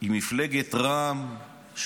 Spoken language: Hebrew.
עם מפלגת רע"מ,